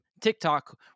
TikTok